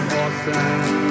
awesome